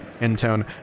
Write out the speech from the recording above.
intone